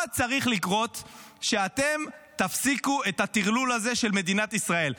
מה צריך לקרות כדי שאתם תפסיקו את הטרלול הזה של מדינת ישראל?